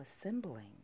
assembling